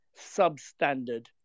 substandard